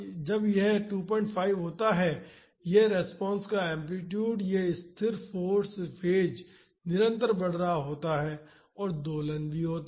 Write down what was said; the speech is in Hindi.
जब यह 25 होता है यह रिस्पांस का एम्पलीटूड और यह स्थिर फाॅर्स फेज निरंतर बढ़ रहा होता है और दोलन भी होता है